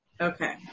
Okay